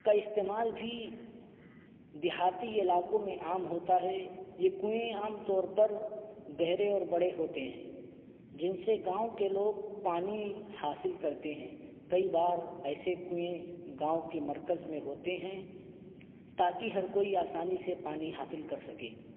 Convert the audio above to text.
کا استعمال بھی دیہاتی علاقوں میں عام ہوتا ہے یہ کوئیں عام طور پر گہرے اور بڑے ہوتے ہیں جن سے گاؤں کے لوگ پانی حاصل کرتے ہیں کئی بار ایسے کوئیں گاؤں کے مرکز میں ہوتے ہیں تا کہ ہر کوئی آسانی سے پانی حاصل کر سکے